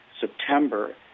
September